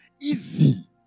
Easy